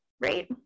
right